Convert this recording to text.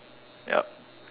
yup